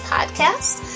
Podcast